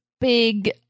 big